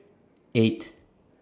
eight